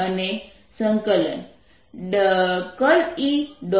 અને E